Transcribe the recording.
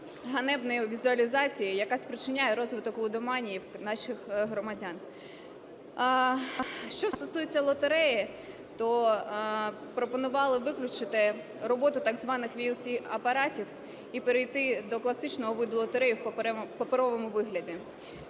ганебної візуалізації, яка спричиняє розвиток лудоманії в наших громадян. Що стосується лотереї, то пропонували виключити роботу так званих VLT апаратів і перейти до класичного виду лотереї в паперовому вигляді.